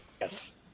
yes